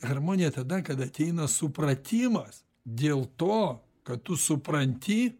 harmonija tada kada ateina supratimas dėl to kad tu supranti